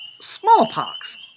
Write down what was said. smallpox